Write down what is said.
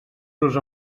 los